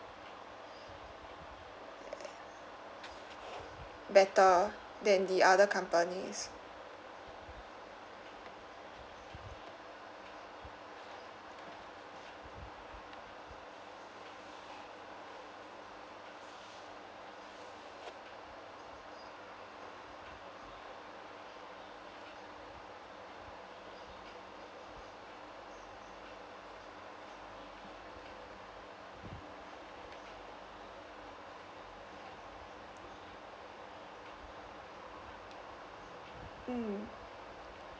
better than the other companies